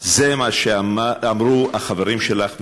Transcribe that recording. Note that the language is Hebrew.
זה מה שאמרו החברים שלך מהסיעה,